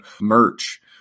merch